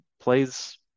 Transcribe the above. plays